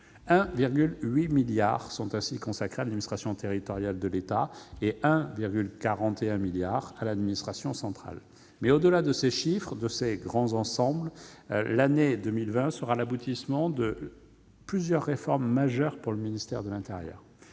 1,8 milliard d'euros sont ainsi consacrés à l'administration territoriale de l'État et 1,41 milliard d'euros à l'administration centrale. Au-delà de ces chiffres, l'année 2020 verra l'aboutissement de plusieurs réformes majeures pour le ministère de l'intérieur,